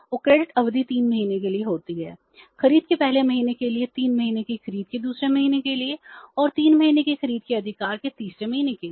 और क्रेडिट अवधि 3 महीने के लिए होती है खरीद के पहले महीने के लिए 3 महीने की खरीद के दूसरे महीने के लिए और 3 महीने की खरीद के अधिकार के तीसरे महीने के लिए